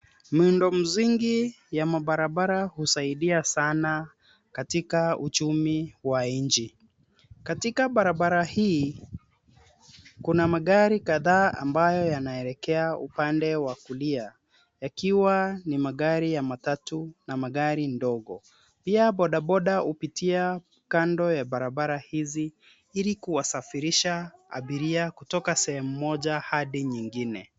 Miundo msingi ya mabarabara husaidia sana katika uchumi wa nchi, katika barabara hii kuna magari kadhaa ambayo yanaelekea upande wa kulia yakiwa ni magari ya matatu na magari ndogo ,pia bodaboda upitia kando ya barabara hizi ilikuwa safirisha abiria kutoka sehemu moja hadi nyingine.